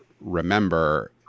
remember